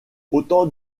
autant